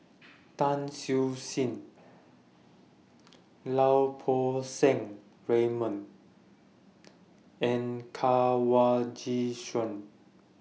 Tan Siew Sin Lau Poo Seng Raymond and Kanwaljit Soin